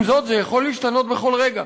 עם זאת, זה יכול להשתנות בכל רגע.